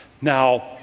Now